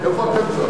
איפה אתם שמתם?